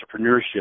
entrepreneurship